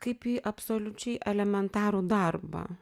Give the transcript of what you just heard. kaip į absoliučiai elementarų darbą